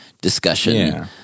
discussion